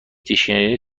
دیکشنری